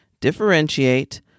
differentiate